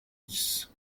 dix